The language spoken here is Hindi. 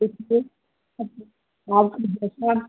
एक सेकेंड हाँ जी या फिर जैसे आप